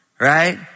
Right